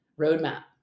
roadmap